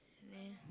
then